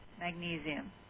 magnesium